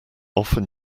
often